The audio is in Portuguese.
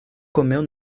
comeu